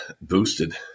boosted